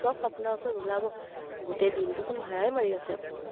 চক আপোনাৰ ওচৰত ওলাব গোটেই দিনটোচোন ভাড়াই মাৰি আছে আপুনি